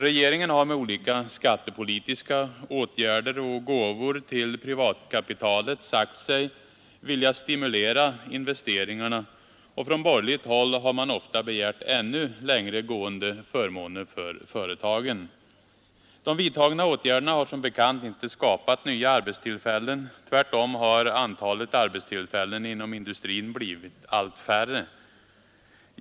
Regeringen har med olika skattepolitiska åtgärder och gåvor till privatkapitalet sagt sig vilja stimulera investeringarna, och från borgerligt håll har man ofta begärt ännu längre gående förmåner för företagen. De vidtagna åtgärderna har som bekant inte skapat nya arbetstillfällen — tvärtom har antalet arbetstillfällen inom industrin blivit allt mindre.